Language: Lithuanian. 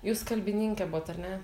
jus kalbininkė bot ar ne